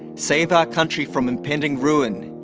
save our country from impending ruin.